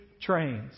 trains